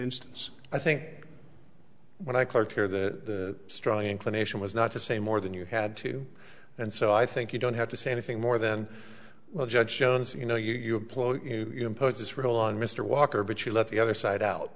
instance i think when i clerked here the strong inclination was not to say more than you had to and so i think you don't have to say anything more than well judge jones you know you employ you impose this rule on mr walker but you let the other side out